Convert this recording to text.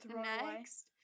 Next